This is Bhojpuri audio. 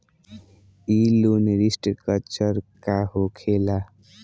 ई लोन रीस्ट्रक्चर का होखे ला?